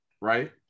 right